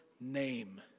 name